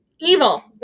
Evil